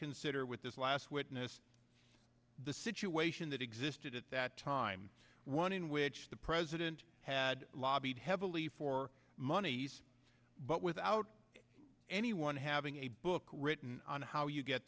consider with this last witness the sit to asian that existed at that time one in which the president had lobbied heavily for moneys but without anyone having a book written on how you get